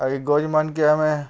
ଆଉ ଇ ଗଛ୍ମାନ୍କେ ଆମେ